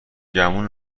گمون